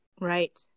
Right